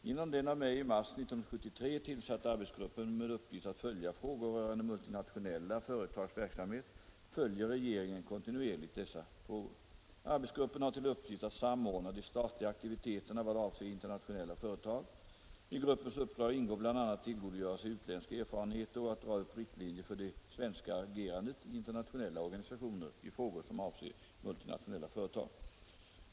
Genom den av mig i mars 1973 tillsatta arbetsgruppen med uppgift att följa frågor rörande multinationella företags verksamhet följer regeringen kontinuerligt dessa frågor. Arbetsgruppen har till uppgift att samordna de statliga aktiviteterna i vad avser internationella företag. I gruppens uppdrag ingår bl.a. att tillgodogöra sig utländska erfarenheter och att dra upp riktlinjer för det svenska agerandet i internationella organisationer i frågor som avser MNF.